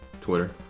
Twitter